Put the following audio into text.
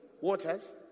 waters